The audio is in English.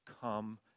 come